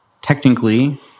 technically